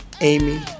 Amy